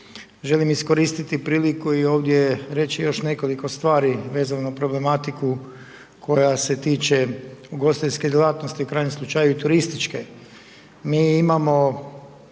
želim iskoristiti priliku i ovdje reći još nekoliko stvari vezano za problematiku koja se tiče ugostiteljske djelatnosti, u krajnjem slučaju turističke.